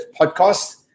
podcast